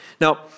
Now